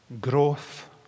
growth